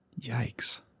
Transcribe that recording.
Yikes